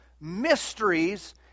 mysteries